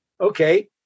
Okay